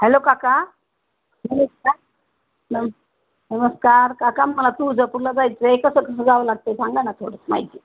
hello काका नमस्कार नम नमस्कार काका मला तूळजापूरला जायचंय कसं कसं जावं लागते सांगा ना थोडंस माहिती